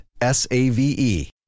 S-A-V-E